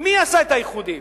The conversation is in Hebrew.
מי עשה את האיחודים?